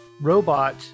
robot